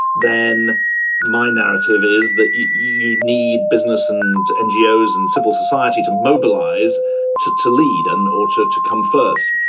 then my narrative is that you need business and and yeah ah ngos and civil society to mobilize to to lead and also to come first.